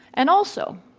and also,